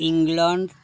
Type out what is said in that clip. England